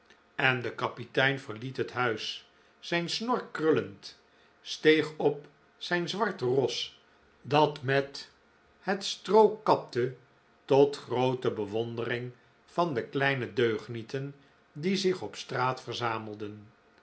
en de kapitein verliet het huis zijn snor krullend steeg op zijn zwart ros dat met het stroo kapte tot groote bewondering van de kleine deugnieten die zich op straat verzamelden